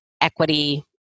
equity